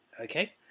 okay